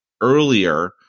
earlier